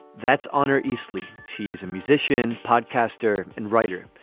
that's honor easley. she's a musician podcasters and writer.